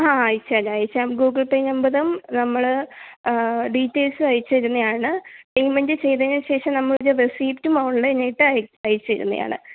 ആ അയച്ചുതരാം അയച്ചുതരാം ഗൂഗിൾ പേ നമ്പറും നമ്മൾ ഡീറ്റെയിൽസും അയച്ചു തരുന്നതാണ് പേയ്മെൻറ് ചെയ്തതിന് ശേഷം നമ്മളൊരു റെസീപ്റ്റും ഓൺലൈൻ ആയിട്ട് അയ അയച്ച് തരുന്നതാണ്